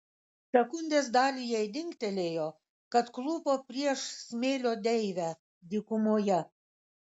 sekundės dalį jai dingtelėjo kad klūpo prieš smėlio deivę dykumoje